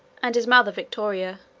and his mother victoria,